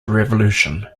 revolution